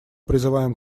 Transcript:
призываем